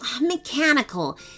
mechanical